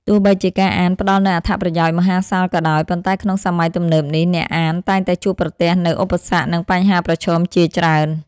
ទោះបីជាការអានផ្ដល់នូវអត្ថប្រយោជន៍មហាសាលក៏ដោយ ប៉ុន្តែក្នុងសម័យទំនើបនេះ អ្នកអានតែងតែជួបប្រទះនូវឧបសគ្គ និងបញ្ហាប្រឈមជាច្រើន។